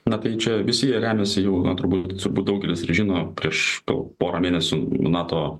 na tai čia visi jie remiasi jau na turbūt daugelis ir žino prieš porą mėnesių nato